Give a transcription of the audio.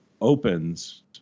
opens